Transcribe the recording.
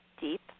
deep